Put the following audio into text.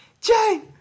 Jane